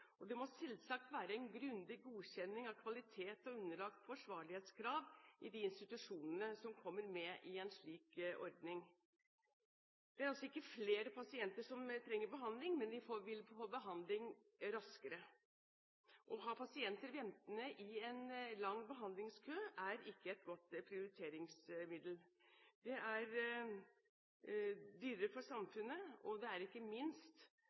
grunnlag. Det må selvsagt være en grundig godkjenning av kvalitet og være underlagt forsvarlighetsgrad i de institusjonene som kommer med i en slik ordning. Det er altså ikke flere pasienter som trenger behandling, men de vil få behandling raskere. Å ha pasienter ventende i en lang behandlingskø er ikke et godt prioriteringsmiddel. Det er dyrere for samfunnet, og det er ikke minst